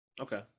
Okay